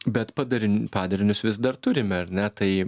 bet padarin padarinius vis dar turime ar ne tai